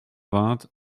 vingt